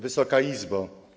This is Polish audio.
Wysoka Izbo!